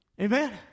Amen